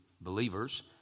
believers